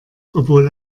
obwohl